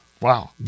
Wow